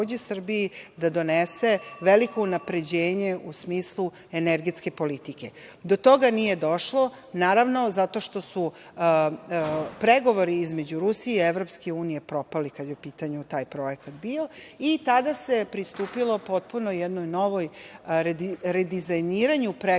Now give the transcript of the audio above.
da donese veliko unapređenje u smislu energetske politike. Do toga nije došlo, naravno, zato što su pregovori između Rusije i EU propali, kada je u pitanju bio taj projekat, i tada se pristupilo potpuno jednom novom redizajniranju pregovora